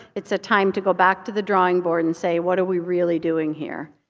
it's a time to go back to the drawing board and say, what are we really doing here?